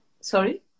Sorry